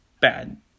bad